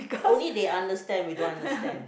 only they understand we don't understand